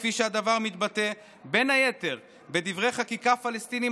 כפי שהדבר מתבטא בין היתר בדברי חקיקה פלסטיניים